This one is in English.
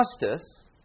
justice